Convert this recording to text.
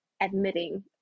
admitting